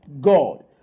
God